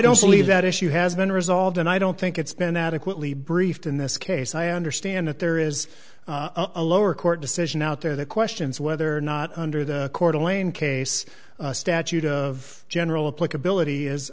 don't believe that issue has been resolved and i don't think it's been adequately briefed in this case i understand that there is a lower court decision out there the question is whether or not under the court elaine case statute of general pluck ability is